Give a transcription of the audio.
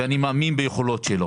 אני מאין ביכולות שלו.